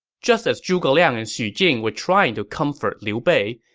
just as zhuge liang and xu jing were trying to comfort liu bei,